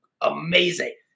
amazing